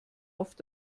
oft